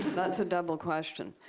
that's a double question.